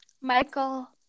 Michael